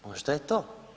Možda je to.